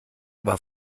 war